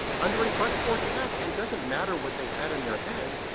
under a but-for test it doesn't matter what they had in their heads.